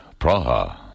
Praha